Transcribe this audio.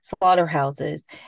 slaughterhouses